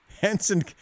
Henson